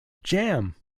jam